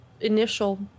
Initial